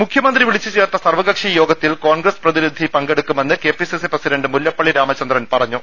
മുഖ്യ മന്ത്രി വിളിച്ചു ചേർത്ത സർവകക്ഷി യോഗത്തിൽ കോൺഗ്രസ് പ്രതിനിധി പങ്കെടുക്കുമെന്ന് K P C C president Mullappally Ramachandran പറഞ്ഞു